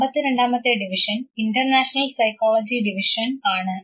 അമ്പത്തി രണ്ടാമത്തെ division international psychology division ആണ്